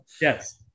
Yes